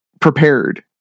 prepared